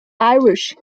irish